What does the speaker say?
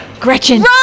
Gretchen